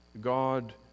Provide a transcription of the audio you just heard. God